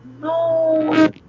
no